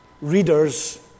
readers